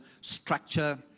structure